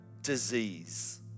disease